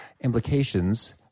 implications